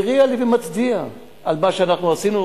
מריע לי ומצדיע על מה שאנחנו עשינו,